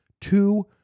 two